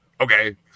okay